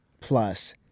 plus